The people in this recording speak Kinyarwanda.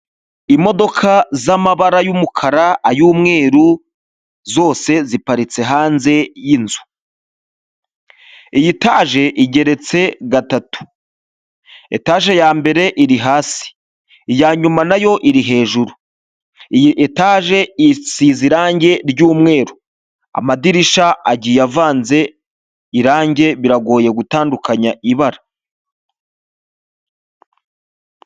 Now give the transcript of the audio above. Imodoka z'amabara y'umukara, ay'umweru, zose ziparitse hanze y'inzu, iyi taje igeretse gatatu, etaje yambere iri hasi, iyanyuma nayo iri hejuru, iyi etaje isize irangi ry'umweru, amadirishya agiye avanze irangi biragoye gutandukanya ibara.